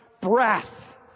breath